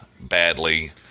badly